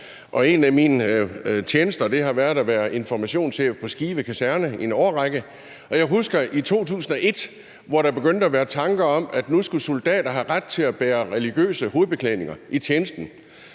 en af mine tjenester har været at være informationschef på Skive Kaserne i en årrække, og jeg husker i 2001, hvor der begyndte at være tanker om, at nu skulle soldater have ret til at bære religiøse hovedbeklædninger i tjenesten.